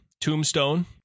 Tombstone